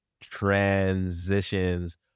transitions